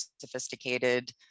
sophisticated